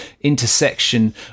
intersection